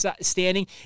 standing